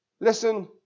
listen